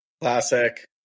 Classic